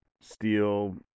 steel